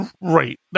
Right